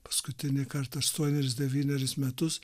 paskutinį kartą aštuonerius devynerius metus